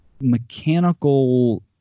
mechanical